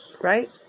right